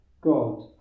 God